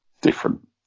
different